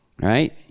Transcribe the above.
Right